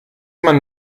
man